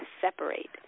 separate